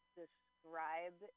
describe